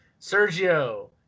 sergio